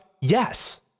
Yes